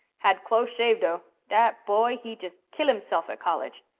had close shave, dough! dat boy, he jus' keel himself at college.